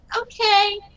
okay